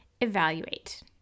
evaluate